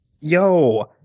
yo